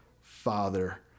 Father